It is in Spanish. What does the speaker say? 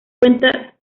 cuenta